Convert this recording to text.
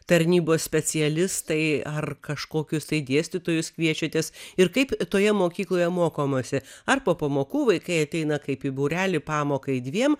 tarnybos specialistai ar kažkokius tai dėstytojus kviečiatės ir kaip toje mokykloje mokomasi ar po pamokų vaikai ateina kaip į būrelį pamokai dviem